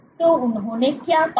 तो उन्होंने क्या पाया